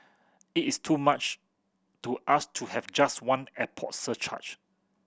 it is too much to ask to have just one airport surcharge